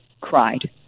cried